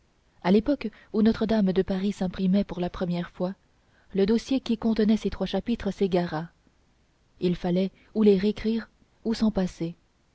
à l'époque où notre-dame de paris s'imprimait pour la première fois le dossier qui contenait ces trois chapitres s'égara il fallait ou les récrire ou s'en passer